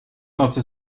nocy